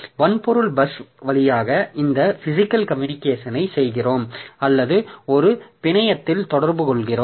வன்பொருள் பஸ் வழியாக இந்த பிசிக்கல் கம்யூனிகேஷனை செய்கிறோம் அல்லது ஒரு பிணையத்தில் தொடர்பு கொள்கிறோம்